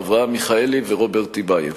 אברהם מיכאלי ורוברט טיבייב.